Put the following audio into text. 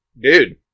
dude